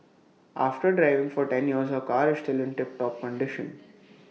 after driving for ten years her car is still in tip top condition